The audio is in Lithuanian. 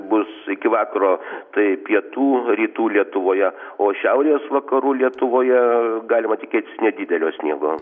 bus iki vakaro tai pietų rytų lietuvoje o šiaurės vakarų lietuvoje galima tikėtis nedidelio sniego